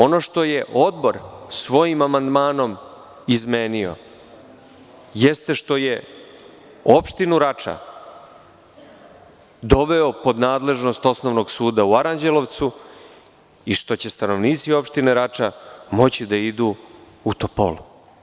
Ono što je odbor svojim amandmanom izmenio jeste što je opštinu Rača doveo pod nadležnost osnovnog suda u Aranđelovcu i što će stanovnici opštine Rača moći da idu u Topolu.